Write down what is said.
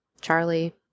Charlie